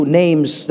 names